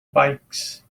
bikes